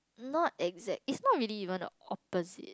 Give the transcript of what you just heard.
not exact it's not really even the opposite